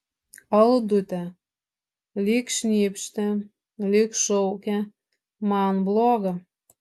aldute lyg šnypštė lyg šaukė man bloga